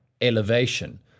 elevation